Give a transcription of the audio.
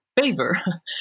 favor